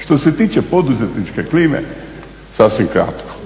Što se tiče poduzetničke klime, sasvim kratko.